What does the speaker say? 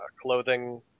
clothing